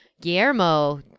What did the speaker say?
Guillermo